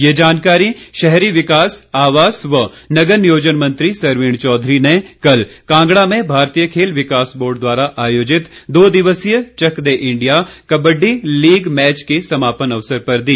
ये जानकारी शहरी विकास आवास व नगर नियोजन मंत्री सरवीण चौधरी ने कल कांगड़ा में भारतीय खेल विकास बोर्ड द्वारा आयोजित दो दिवसीय Chak De India kabaddi league match के समापन अवसर पर दी